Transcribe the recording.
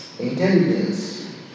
intelligence